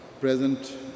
present